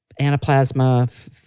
anaplasma